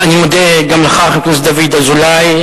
אני מודה גם לך, חבר הכנסת דוד אזולאי,